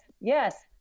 yes